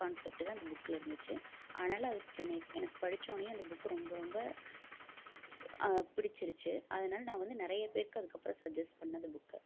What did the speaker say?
concept தான் இந்த புக்கில் இருந்துச்சு அதனாலே அது என்னை எனக்கு படித்தவொன்னையே அந்த புக்கு ரொம்ப ரொம்ப பிடிச்சிருச்சு அதனாலே நான் வந்து நிறைய பேருக்கு அதுக்கப்புறோம் சஜ்ஜஸ் பண்ணிணேன் அந்த புக்கை